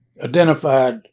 identified